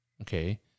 okay